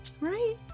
right